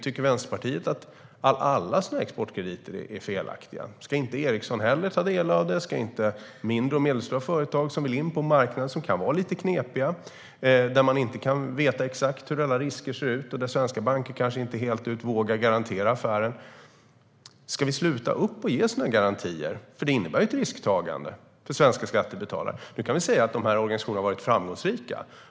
Tycker Vänsterpartiet att alla sådana exportkrediter är felaktiga? Ska inte heller Ericsson få ta del av dem? Ska inte mindre och medelstora företag få del av dem när de vill in på en marknad som kan vara lite knepig? Där kan man inte veta exakt hur alla risker ser ut, och svenska banker kanske inte fullt ut vågar garantera affären. Ska vi då sluta ge sådana garantier? Det innebär ju ett risktagande för svenska skattebetalare. Nu kan vi säga att de här organisationerna har varit framgångsrika.